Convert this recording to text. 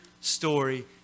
story